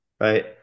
right